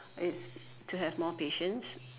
is to have more patience